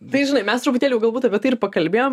tai žinai mes truputėlį jau galbūt apie tai ir pakalbėjom